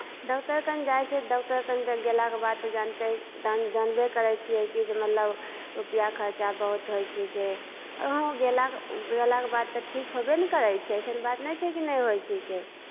doctor खन जाइ छिकै डॉक्टर कन गयलाके बाद तऽ जानिते जान जानबे करै छियै कि जे मतलब रुपैआ खर्चा बहुत होइ छिकै वहाँ गयला गयलाके बाद तऽ ठीक होयबे ने करै छै अइसन बात नहि छै कि नहि होइ छिकै